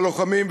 בלוחמים,